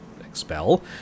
expel